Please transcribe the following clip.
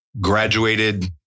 Graduated